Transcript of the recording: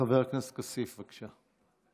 חבר הכנסת כסיף, בבקשה.